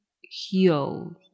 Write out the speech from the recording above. heal